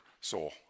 soul